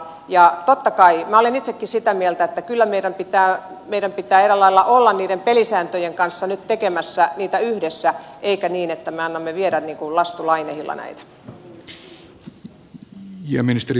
ja totta kai minä olen itsekin sitä mieltä meidän pitää kyllä eräällä lailla olla niitä pelisääntöjä nyt yhdessä tekemässä eikä niin että me annamme viedä niin kuin lastuja lainehilla näitä